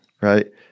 right